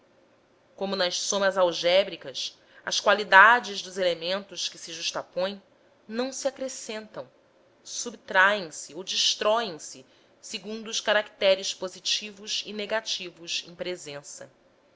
como nas somas algébricas as qualidades dos elementos que se justapõem não se acrescentam subtraem se ou destroem se segundo os caracteres positivos e negativos em presença